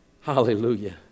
Hallelujah